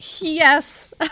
Yes